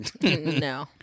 No